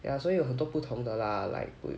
ya 所以有很多不同的 lah like 不